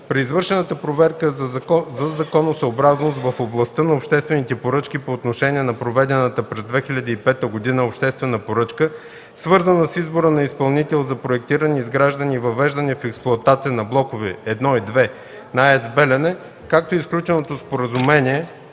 При извършената проверка за законосъобразност в областта на обществените поръчки, по отношение на проведената през 2005 г. обществена поръчка, свързана с избора на изпълнител за проектиране, изграждане и въвеждане в експлоатация на блокове първи и втори на АЕЦ “Белене”, както и сключеното споразумение